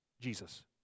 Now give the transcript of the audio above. Jesus